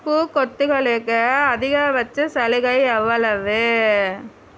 பூ கொத்துகளுக்கு அதிகபட்ச சலுகை எவ்வளவு